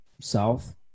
South